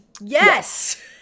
yes